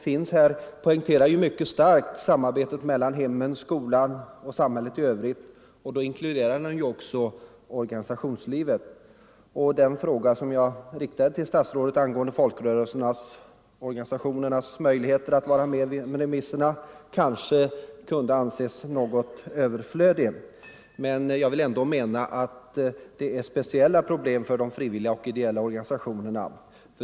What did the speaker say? Utredningen poängterar starkt samarbetet mellan hemmen, skolan och samhället i övrigt, och då inkluderar man också organisationslivet. Den fråga som jag har riktat till statsrådet angående folkrörelseorganisationernas möjligheter att vara med vid re misserna kanske kunde anses överflödig, men jag menar att det finns speciella problem för de frivilliga och ideella organisationerna.